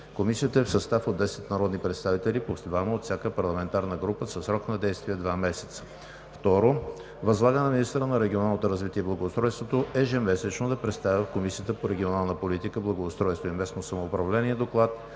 Комисията е в състав от 10 народни представители – по двама от всяка парламентарна група, със срок на действие два месеца. 2. Възлага на министъра на регионалното развитие и благоустройството ежемесечно да представя в Комисията по регионална политика, благоустройство и местно самоуправление доклад